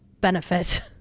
benefit